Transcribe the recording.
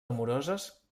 amoroses